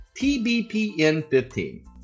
TBPN15